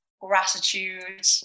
gratitude